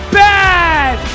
bad